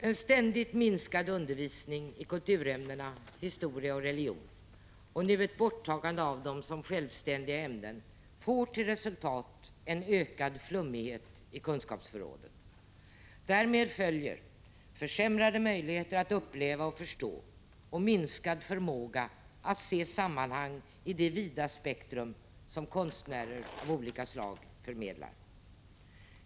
En ständigt förminskad undervisning i kulturämnena historia och religion, och nu ett borttagande av dem som självständiga ämnen, får till resultat en ökad flummighet i kunskapsförrådet. Därmed följer försämrade möjligheter att uppleva och förstå och minskad förmåga att se sammanhang i det vida spektrum som konstnärer av olika slag förmedlar.